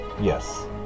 Yes